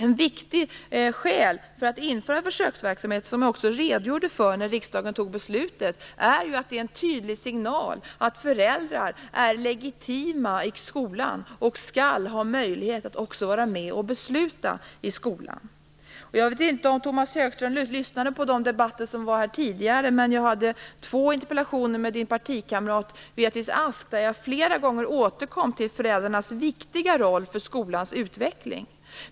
Ett viktigt skäl för att införa försöksverksamhet, som jag också redogjorde för när riksdagen fattade beslutet, är att det är en tydlig signal att föräldrar är legitima i skolan och skall ha möjlighet att också vara med och besluta i skolan. Jag vet inte om Tomas Högström lyssnade på de debatter som jag hade tidigare med hans partikamrat Beatrice Ask där jag flera gånger återkom till föräldrarnas viktiga roll för skolans utveckling.